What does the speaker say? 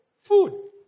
food